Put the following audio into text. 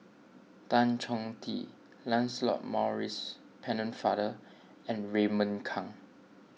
Tan Chong Tee Lancelot Maurice Pennefather and Raymond Kang